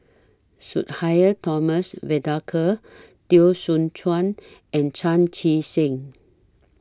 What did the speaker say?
Sudhir Thomas Vadaketh Teo Soon Chuan and Chan Chee Seng